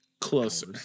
Closer